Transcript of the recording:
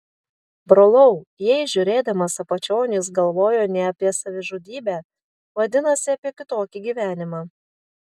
brolau jei žiūrėdamas apačion jis galvojo ne apie savižudybę vadinasi apie kitokį gyvenimą